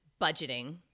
budgeting